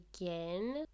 again